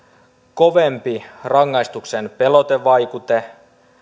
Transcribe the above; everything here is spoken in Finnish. kovempi rangaistuksen pelotevaikute